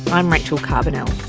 i'm rachel carbonell.